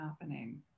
happening